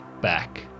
back